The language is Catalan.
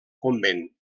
convent